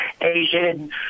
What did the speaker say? Asian